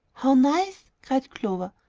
how nice! cried clover.